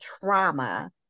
trauma